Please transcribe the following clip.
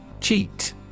Cheat